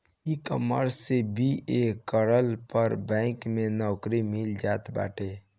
ecommerce से BA करला पअ बैंक में नोकरी मिल जात बाटे